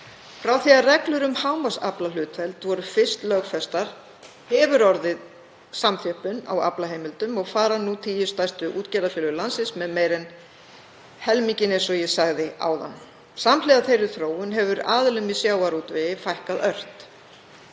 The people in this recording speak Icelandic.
Frá því að reglur um hámarksaflahlutdeild voru fyrst lögfestar hefur orðið samþjöppun á aflahlutdeildum og fara nú tíu stærstu útgerðarfélög landsins með meira en helminginn eins og ég sagði áðan. Samhliða þeirri þróun hefur aðilum í sjávarútvegi fækkað ört.